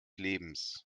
lebens